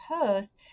post